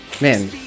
Man